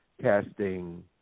casting